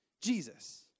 Jesus